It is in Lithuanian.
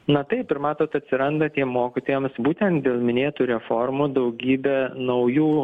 na taip ir matot atsiranda tiem mokytojams būtent dėl minėtų reformų daugybė naujų